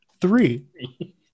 three